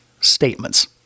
statements